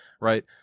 Right